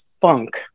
funk